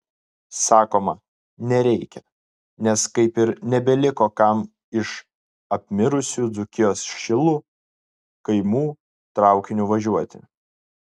sakoma nereikia nes kaip ir nebeliko kam iš apmirusių dzūkijos šilų kaimų traukiniu važiuoti